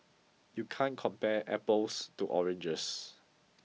you can't compare apples to oranges